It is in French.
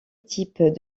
type